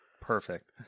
perfect